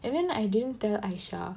and then I didn't tell Aisyah/P2>